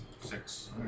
Six